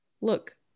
look